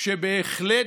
שבהחלט